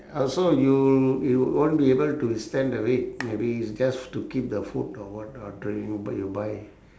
also you you won't be able to withstand the rain maybe it's just to keep the food or what uh drink but you buy